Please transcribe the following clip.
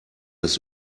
das